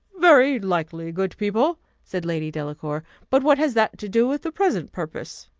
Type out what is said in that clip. very likely, good people! said lady delacour but what has that to do with the present purpose?